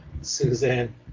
Suzanne